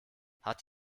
hat